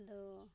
ᱟᱫᱚ